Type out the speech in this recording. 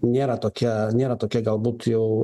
nėra tokia nėra tokia galbūt jau